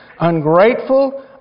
ungrateful